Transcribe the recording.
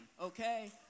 Okay